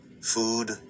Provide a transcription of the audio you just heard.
Food